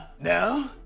No